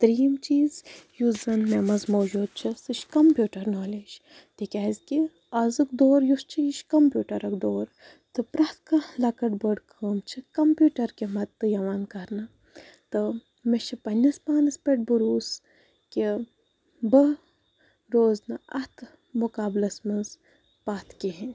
ترٛیٚیِم چیٖز یُس زَن مےٚ منٛز موٗجوٗد چھُ سُہ چھُ کَمپیٚوٹَر نالیج تِکیٛازِکہِ آزُک دوٗر یُس چھُ یہِ چھُ کَمپیٚوٹَرُک دوٗر تہٕ پرٛیٚتھ کانٛہہ لَکٕٹۍ بٔڑ کٲم چھِ کَمپیٚوٹَر کہِ مَدتہٕ یِوان کَرنہٕ تہٕ مےٚ چھِ پننِس پانَس پٮ۪ٹھ بھروسہٕ کہِ بہٕ روزٕ نہٕ اَتھ مُقابلَس منٛز پَتھ کِہیٖنۍ